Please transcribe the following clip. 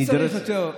היא נדרסת.